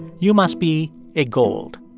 you must be a gold.